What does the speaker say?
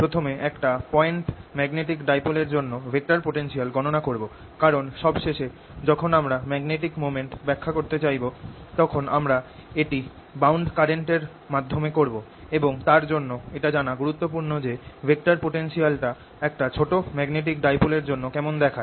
প্রথমে একটা point magnetic dipole এর জন্য ভেক্টর পোটেনশিয়াল গণনা করব কারণ সবশেষে যখন আমরা ম্যাগনেটিক মোমেন্ট ব্যাখ্যা করতে চাইব তখন আমরা এটি বাউন্ড কারেন্ট এর মাধ্যমে করব এবং তার জন্য এটা জানা গুরুত্বপূর্ণ যে ভেক্টর পোটেনশিয়ালটা একটা ছোট ম্যাগনেটিক ডাইপোল এর জন্য কেমন দেখায়